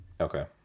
okay